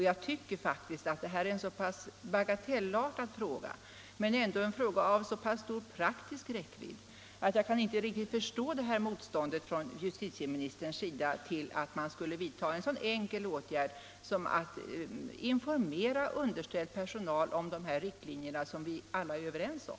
Jag tycker faktiskt att detta är en så pass bagatellartad åtgärd, som ändå har stor praktisk räckvidd, att jag inte kan förstå justitieministerns motstånd mot att informera underställd personal om de riktlinjer som vi alla är överens om.